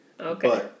Okay